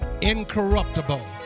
incorruptible